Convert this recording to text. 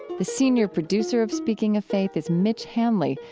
the senior producer of speaking of faith is mitch hanley,